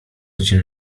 cię